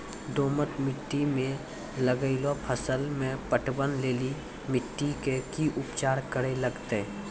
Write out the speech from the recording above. दोमट मिट्टी मे लागलो फसल मे पटवन लेली मिट्टी के की उपचार करे लगते?